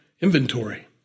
inventory